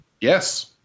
Yes